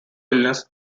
illness